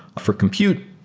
for compute,